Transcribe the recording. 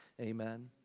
Amen